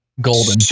Golden